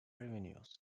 revenues